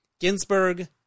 Ginsburg